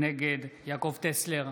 נגד יעקב טסלר,